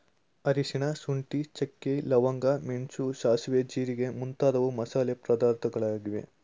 ಅರಿಶಿನ, ಶುಂಠಿ, ಚಕ್ಕೆ, ಲವಂಗ, ಮೆಣಸು, ಸಾಸುವೆ, ಜೀರಿಗೆ ಮುಂತಾದವು ಮಸಾಲೆ ಪದಾರ್ಥಗಳಾಗಿವೆ